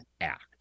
act